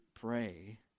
pray